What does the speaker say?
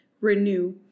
renew